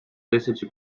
тисячі